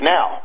Now